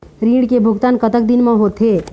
ऋण के भुगतान कतक दिन म होथे?